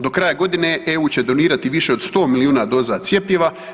Do kraja godine EU će donirati više od 100 milijuna doza cjepiva.